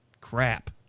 crap